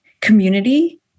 community